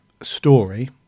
story